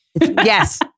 yes